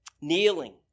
Kneeling